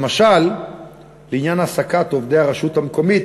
למשל לעניין העסקת עובדי הרשות המקומית